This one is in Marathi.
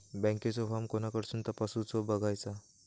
बँकेचो फार्म कोणाकडसून तपासूच बगायचा?